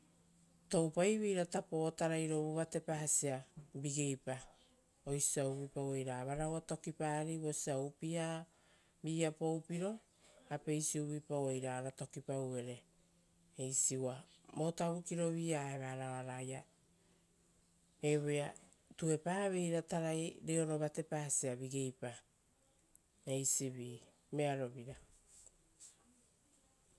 Tuepaveira o tarai rovu vatepasia vigeipa, oisio osia uvuioauei ra varaua tokipari vosia upia vi-ia poupiro. Apeisi uvuipauei ra ora tokipauvere. Eisi uva votavukiro vi-ia evara oaraia evoea tuepaveira vigeipa tarai reoro vatepasia. Eisivi vearovira.